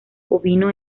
ovino